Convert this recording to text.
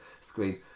screen